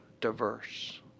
diverse